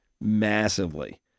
massively